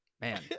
man